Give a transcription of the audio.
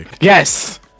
Yes